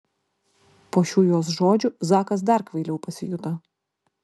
po šių jos žodžių zakas dar kvailiau pasijuto